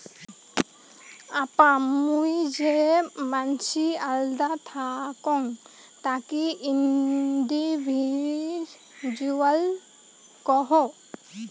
আপা মুই যে মানসি আল্দা থাকং তাকি ইন্ডিভিজুয়াল কুহ